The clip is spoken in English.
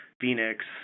Phoenix